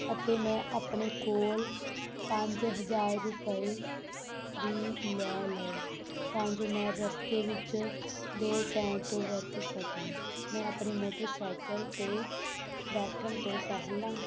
ਅਤੇ ਮੈਂ ਆਪਣੇ ਕੋਲ ਪੰਜ ਹਜ਼ਾਰ ਰੁਪਏ ਵੀ ਲੈ ਲਏ ਤਾਂ ਜੋ ਮੈਂ ਰਸਤੇ ਵਿੱਚ ਲੋੜ ਪੈਣ 'ਤੇ ਵਰਤ ਸਕਾਂ ਮੈਂ ਆਪਣੇ ਮੋਟਰਸਾਇਕਲ 'ਤੇ ਬੈਠਣ ਤੋਂ ਪਹਿਲਾਂ